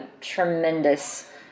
tremendous